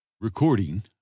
Recording